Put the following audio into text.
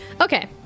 Okay